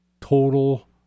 total